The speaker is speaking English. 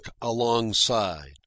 alongside